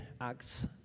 Acts